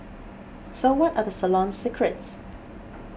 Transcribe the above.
so what are the salon's secrets